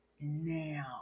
now